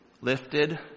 lifted